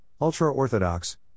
ultra-Orthodox